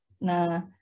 na